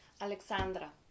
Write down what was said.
Alexandra